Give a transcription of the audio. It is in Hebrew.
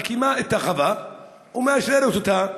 מקימה את החווה ומאשרת אותה.